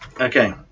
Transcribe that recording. okay